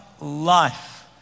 life